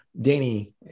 Danny